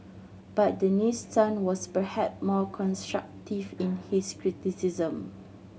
but Dennis Tan was perhap more constructive in his criticism